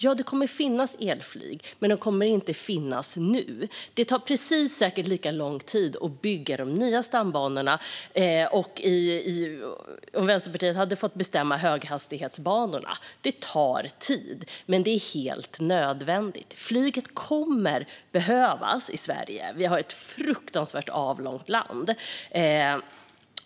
Ja, det kommer att finnas elflyg, men det finns inte nu. Och det tar säkert precis lika lång tid att bygga de nya stambanorna och, om Vänsterpartiet hade fått bestämma, höghastighetsbanorna. Det tar tid. Men det är helt nödvändigt. Flyget kommer att behövas i Sverige. Vi har ett fruktansvärt avlångt land.